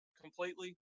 completely